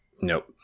Nope